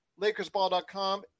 lakersball.com